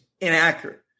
inaccurate